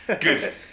Good